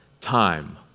time